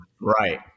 Right